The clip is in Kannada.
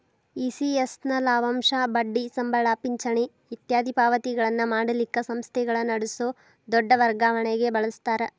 ಇ.ಸಿ.ಎಸ್ ನ ಲಾಭಾಂಶ, ಬಡ್ಡಿ, ಸಂಬಳ, ಪಿಂಚಣಿ ಇತ್ಯಾದಿ ಪಾವತಿಗಳನ್ನ ಮಾಡಲಿಕ್ಕ ಸಂಸ್ಥೆಗಳ ನಡಸೊ ದೊಡ್ ವರ್ಗಾವಣಿಗೆ ಬಳಸ್ತಾರ